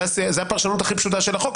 זה הפרשנות הכי פשוטה של החוק.